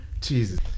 Jesus